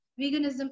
Veganism